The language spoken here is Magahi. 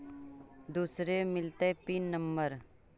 दुसरे मिलतै पिन नम्बर?